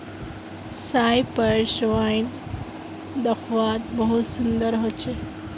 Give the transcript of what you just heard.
Cyprus wine दाख्वात बहुत सुन्दर होचे